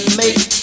make